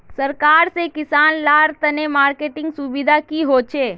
सरकार से किसान लार तने मार्केटिंग सुविधा की होचे?